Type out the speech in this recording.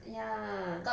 ya